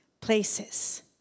places